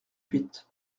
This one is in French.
huit